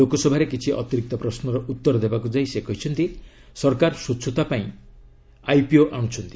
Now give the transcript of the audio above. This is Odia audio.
ଲୋକସଭାରେ କିଛି ଅତିରିକ୍ତ ପ୍ରଶ୍ନର ଉତ୍ତର ଦେବାକୁ ଯାଇ ସେ କହିଛନ୍ତି ସରକାର ସ୍ପଚ୍ଛତା ପାଇଁ ଆଇପିଓ ଆଣୁଛନ୍ତି